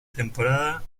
temporada